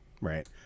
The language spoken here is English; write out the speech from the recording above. right